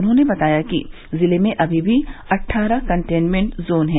उन्होंने बताया कि जिले में अभी भी अट्ठारह कन्टेनमेंट जोन हैं